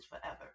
forever